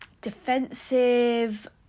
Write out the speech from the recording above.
defensive